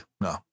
No